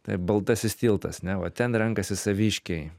taip baltasis tiltas neva ten renkasi saviškiai